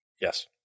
yes